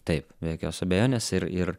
taip be jokios abejonės ir ir